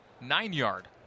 nine-yard